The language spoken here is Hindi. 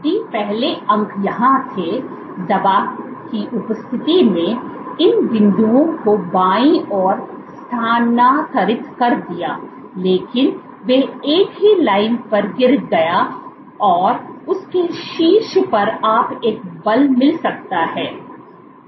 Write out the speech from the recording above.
यदि पहले अंक यहां थे दवा की उपस्थिति में इन बिंदुओं को बाईं ओर स्थानांतरित कर दिया लेकिन वे एक ही लाइन पर गिर गया और उस के शीर्ष पर आप एक बल मिल सकता है